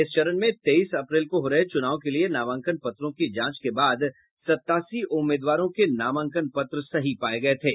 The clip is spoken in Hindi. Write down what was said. इस चरण में तेईस अप्रैल को हो रहे चुनाव के लिए नामांकन पत्रों की जांच के बाद सत्तासी उम्मीदवारों के नामांकन पत्र सही पाये गये थे